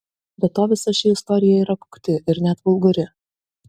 be to visa ši istorija yra kokti ir net vulgari